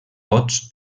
bots